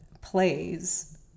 plays